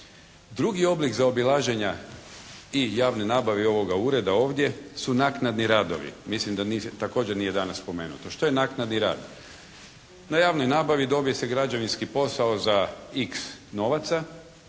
Drugi oblik zaobilaženja i javne nabave i ovoga ureda ovdje su naknadni radovi. Mislim da također nije danas spomenuto. Što je naknadni rad? Na javnoj nabavi dobije se građevinski posao za x novaca.